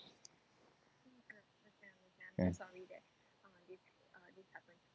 can